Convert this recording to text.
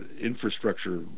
infrastructure